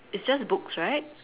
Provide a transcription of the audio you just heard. it's just books right